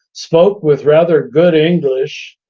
spoke with rather good english,